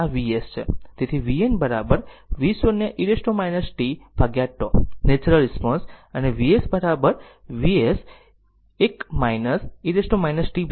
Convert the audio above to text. તેથી vn v0 e t tτ natural response અને Vs Vs 1 e t tτ છે